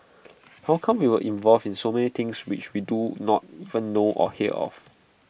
how come we are involved in so many things which we do not even know or hear of